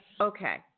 Okay